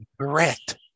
Correct